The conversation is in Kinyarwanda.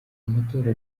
amatora